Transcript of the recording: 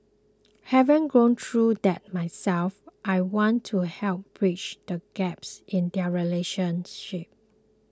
having gone through that myself I want to help bridge the gaps in their relationship